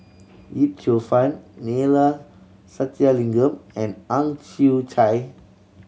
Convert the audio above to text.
Yip Cheong Fun Neila Sathyalingam and Ang Chwee Chai